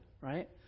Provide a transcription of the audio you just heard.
Right